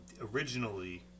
originally